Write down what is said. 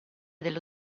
dello